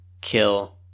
kill